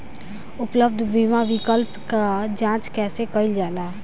उपलब्ध बीमा विकल्प क जांच कैसे कइल जाला?